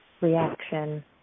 reaction